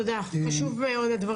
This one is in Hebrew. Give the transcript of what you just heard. הדברים חשובים מאוד.